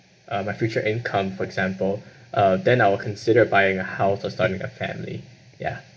uh my future income for example uh then I'll consider buying a house or starting a family ya